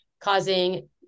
causing